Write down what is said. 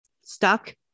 stuck